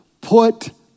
put